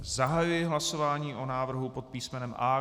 Zahajuji hlasování o návrhu pod písmenem A.